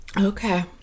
Okay